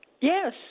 Yes